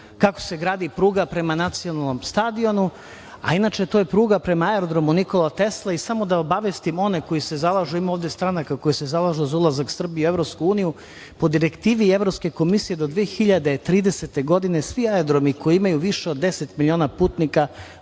kako se gradi pruga prema Nacionalnom stadionu, a inače to je pruga prema Aerodromu „Nikola Tesla“ i samo da obavestim one koji se zalažu, ima ovde stranka koje se zalažu za ulazak Srbije u EU, po direktivi Evropske komisije, do 2030. godine, svi aerodromi koji imaju više od 10 miliona putnika